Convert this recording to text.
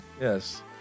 Yes